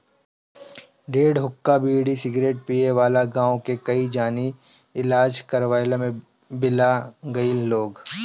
ढेर हुक्का, बीड़ी, सिगरेट पिए वाला गांव के कई जानी इलाज करवइला में बिला गईल लोग